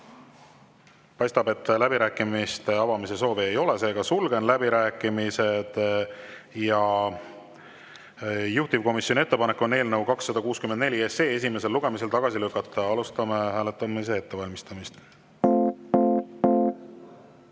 Paistab, et läbirääkimiste avamise soovi ei ole, seega sulgen läbirääkimised. Juhtivkomisjoni ettepanek on eelnõu 264 esimesel lugemisel tagasi lükata. Alustame hääletamise ettevalmistamist.